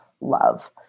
love